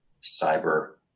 cyber